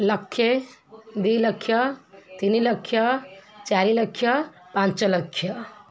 ଲକ୍ଷେ ଦୁଇ ଲକ୍ଷ ତିନିଲକ୍ଷ ଚାରି ଲକ୍ଷ ପାଞ୍ଚ ଲକ୍ଷ